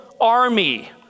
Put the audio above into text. army